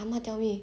ah ma tell me